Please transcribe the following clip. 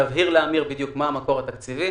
נבהיר לאמיר בדיוק מה המקור התקציבי.